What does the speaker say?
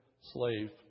slave